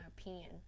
opinion